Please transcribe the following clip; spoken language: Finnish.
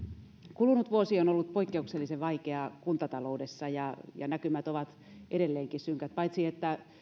kulunut vuosi on ollut poikkeuksellisen vaikea kuntataloudessa ja näkymät ovat edelleenkin synkät paitsi että